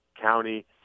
county